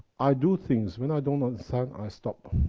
i do things, when i don't understand, i stop.